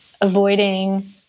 avoiding